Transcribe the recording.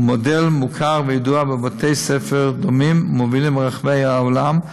היא מודל מוכר וידוע בבתי-ספר דומים ומובילים ברחבי העולם,